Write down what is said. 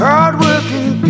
Hard-working